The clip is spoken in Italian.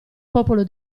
popolo